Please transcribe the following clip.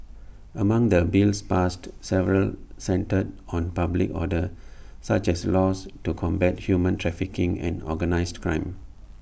among the bills passed several centred on public order such as laws to combat human trafficking and organised crime